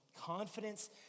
confidence